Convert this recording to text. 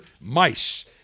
mice